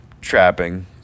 trapping